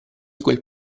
quel